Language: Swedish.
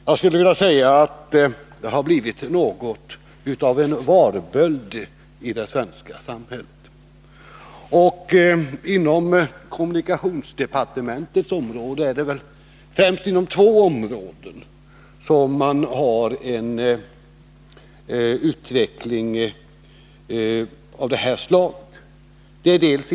Jag skulle vilja säga att den har blivit något av en varböld i det svenska samhället. På kommunikationsdepartementets område är det främst inom två branscher som man har en sådan här utveckling.